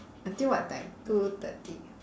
until what time two thirty